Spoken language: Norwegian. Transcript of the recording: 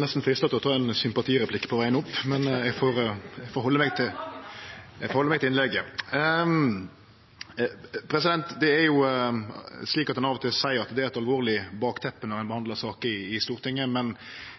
nesten freista til å ta ein sympatireplikk til Martinussen på vegen opp, men eg får halde meg til innlegget. Av og til seier ein at det er eit alvorleg bakteppe når ein behandlar saker i Stortinget, men